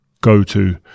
go-to